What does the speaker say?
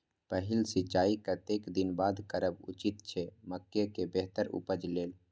पहिल सिंचाई कतेक दिन बाद करब उचित छे मके के बेहतर उपज लेल?